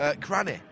Cranny